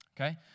Okay